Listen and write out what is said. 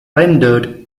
rendered